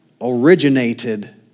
originated